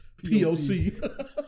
POC